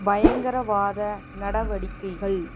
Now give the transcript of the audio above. பயங்கரவாத நடவடிக்கைகள்